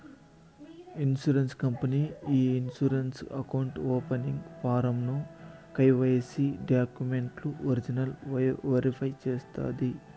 insurance company ఈ insurance account opening form ను KYC డాక్యుమెంట్లు ఒరిజినల్ వెరిఫై చేస్తాది